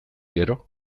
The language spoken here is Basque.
gero